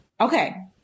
Okay